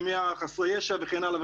מי חסרי הישע וכן הלאה,